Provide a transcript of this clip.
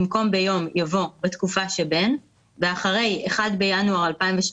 במקום "ביום" יבוא "בתקופה שבין" ואחרי "(1 בינואר 2017)"